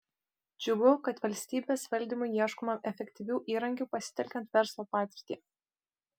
džiugu kad valstybės valdymui ieškoma efektyvių įrankių pasitelkiant verslo patirtį